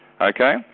okay